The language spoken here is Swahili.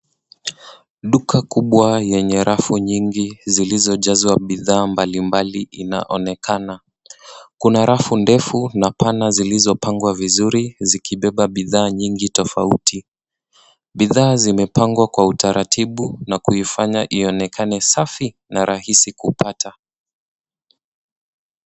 Duka kubwa yenye rafu nyingi zilizojazwa bidhaa mbalimbali inaonekana. kuna rafu ndefu n pana zilizopangwa vizuri zikibeba bidhaa nyingi tofauti. Bidhaa zimepangwa kwa utaratibu na kuifanya kuonekana safi na rahisi kupata.